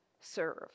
serve